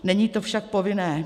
Není to však povinné.